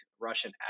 Russian